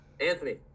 Anthony